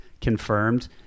confirmed